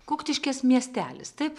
kuktiškės miestelis taip